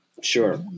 Sure